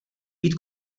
být